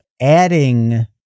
adding